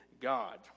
God